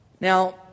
Now